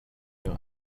your